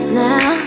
now